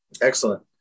Excellent